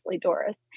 Doris